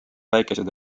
väikesed